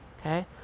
Okay